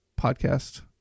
podcast